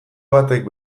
batek